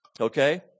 okay